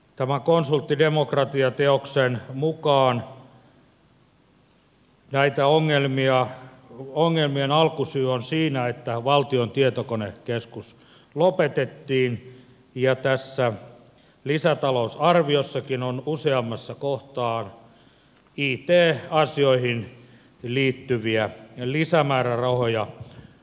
tämän konsulttidemokratia teoksen mukaan näitten ongelmien alkusyy on siinä että valtion tietokonekeskus lopetettiin ja tässä lisätalousarviossakin on useammassa kohtaa it asioihin liittyviä lisämäärärahoja